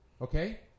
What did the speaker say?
Okay